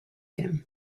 him